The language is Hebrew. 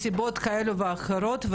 מסיבות כאלה ואחרות,